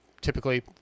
typically